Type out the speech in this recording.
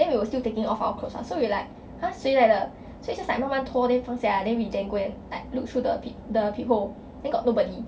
then we were still taking off our clothes [what] so we like !huh! 谁来的 so is just like 慢慢脱 then 放下来 then we then go and like look through the the peephole then got nobody